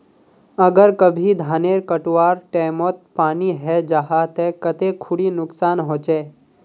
अगर कभी धानेर कटवार टैमोत पानी है जहा ते कते खुरी नुकसान होचए?